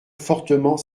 fortement